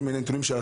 כל מיני נתונים.